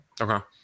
Okay